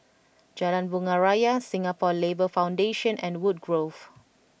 Jalan Bunga Raya Singapore Labour Foundation and Woodgrove